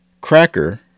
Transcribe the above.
cracker